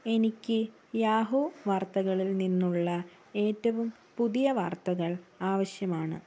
എനിക്ക് യാഹൂ വാർത്തകളിൽ നിന്നുള്ള ഏറ്റവും പുതിയ വാർത്തകൾ ആവശ്യമാണ്